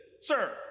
Sir